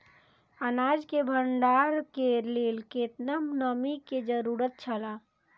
अनाज के भण्डार के लेल केतना नमि के जरूरत छला?